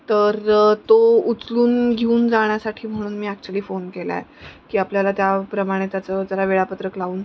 तर तो उचलून घेऊन जाण्यासाठी म्हणून मी ॲक्च्युअली फोन केला आहे की आपल्याला त्या प्रमाणे त्याचं जरा वेळापत्रक लावून